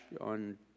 on